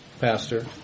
pastor